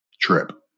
trip